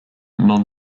non